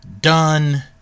done